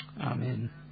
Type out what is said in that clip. Amen